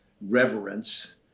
reverence